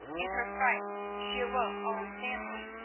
in her fright she awoke all the family.